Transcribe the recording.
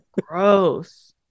Gross